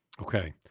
Okay